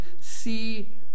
see